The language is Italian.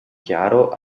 chiaro